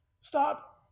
stop